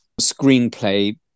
Screenplay